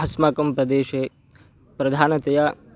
अस्माकं प्रदेशे प्रधानतया